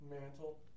Mantle